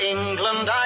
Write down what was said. England